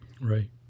right